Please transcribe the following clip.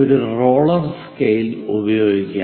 ഒരു roller scaler ഉപയോഗിക്കാം